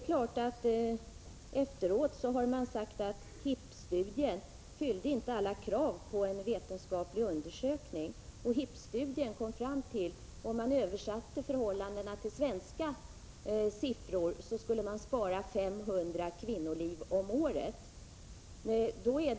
Efteråt har man sagt att HIP-studien inte uppfyllde kraven på en vetenskaplig undersökning. Om man översatte resultaten till svenska förhållanden skulle man enligt HIP-studien spara 500 kvinnoliv om året med hälsoundersökningar med mammografi.